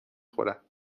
خورم